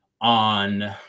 on